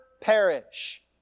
perish